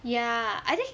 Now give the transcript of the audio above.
ya I think